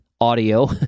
audio